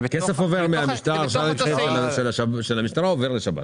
זה כסף שעובר מהמשטרה לשירות בתי הסוהר.